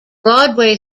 broadway